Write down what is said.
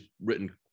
written